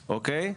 אוקיי?